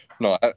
No